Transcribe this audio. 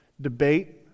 debate